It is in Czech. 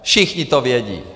Všichni to vědí.